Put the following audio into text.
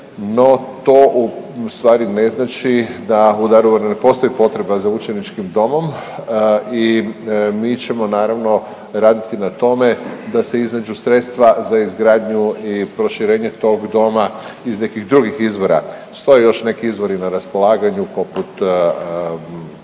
no to ustvari ne znači da u Daruvaru ne postoji potreba za učeničkim domom i mi ćemo naravno raditi na tome da se iznađu sredstva za izgradnju i proširenje tog doma iz nekih drugih izvora, stoje još neki izvori na raspolaganju poput